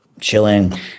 chilling